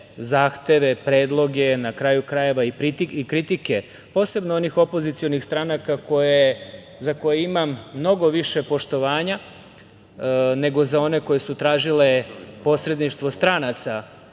zahteve, predloge, na kraju krajeva i kritike, posebno onih opozicionih stranaka za koje imam mnogo više poštovanja nego za one koje su tražile posredništvo stranaca